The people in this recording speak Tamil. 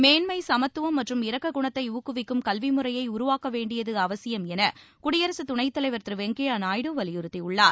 மேன்மை சமத்துவம் மற்றும் இரக்க குணத்தை ஊக்குவிக்கும் கல்வி முறைய உருவாக்க வேண்டியது அவசியம் என குடியரசு துணைத் தலைவர் திரு வெங்கய்ய நாயுடு வலியுறுத்தியுள்ளார்